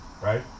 right